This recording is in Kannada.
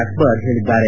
ಅಕ್ಲರ್ ಹೇಳಿದ್ದಾರೆ